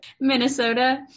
Minnesota